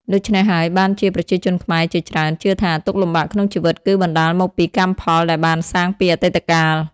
ដូច្នេះហើយបានជាប្រជាជនខ្មែរជាច្រើនជឿថា ទុក្ខលំបាកក្នុងជីវិតគឺបណ្ដាលមកពីកម្មផលដែលបានសាងពីអតីតកាល។